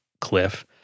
cliff